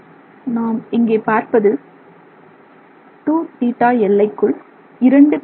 நாம் இங்கே பார்ப்பது 2θ எல்லைக்குள் 2 உச்சிகள்